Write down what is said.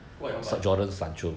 what you want buy